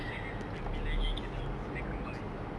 but rasanya macam bila gigit daun then keluar air